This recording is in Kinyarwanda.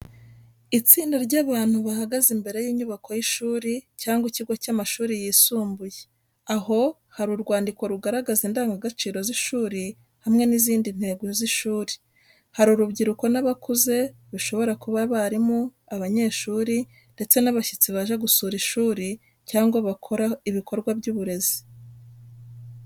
Itsinda ry’abantu bahagaze imbere y’inyubako y’ishuri cyangwa ikigo cy’amashuri yisumbuye aho hari urwandiko rugaragaza indangagaciro z’ishuri hamwe n’izindi ntego z’ishuri. Hari urubyiruko n’abakuze bishobora kuba abarimu, abanyeshuri, ndetse n’abashyitsi baje gusura ishuri cyangwa bakora ibikorwa by’uburezi.